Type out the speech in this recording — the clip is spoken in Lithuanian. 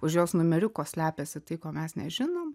už jos numeriuko slepiasi tai ko mes nežinom